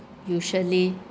usually